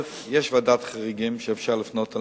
ראשית, יש ועדת חריגים ואפשר לפנות אליה.